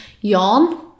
Yawn